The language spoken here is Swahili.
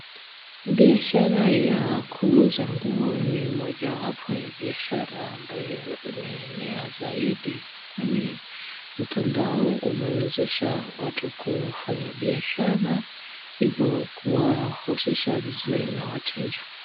Biashara ya kuuza nguo ni mojawapo ya biashara ambayo imeenea zaidi, kwani mtandao imewezesha watu kufanya biashara, hivo kuwahusisha vizuri na wateja.